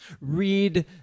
read